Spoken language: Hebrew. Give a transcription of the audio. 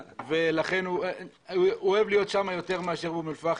הוא אוהב להיות שם יותר מאשר באום אל פאחם.